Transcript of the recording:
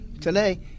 today